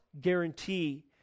guarantee